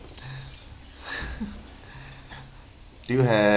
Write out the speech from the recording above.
do you have